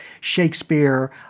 Shakespeare